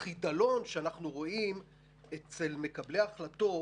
החידלון שאנחנו רואים אצל מקבלי ההחלטות